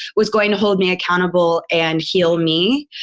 was going to hold me accountable and heal me.